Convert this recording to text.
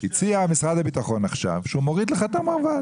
הציע עכשיו משרד הביטחון שהוא מוריד את המרב"ד.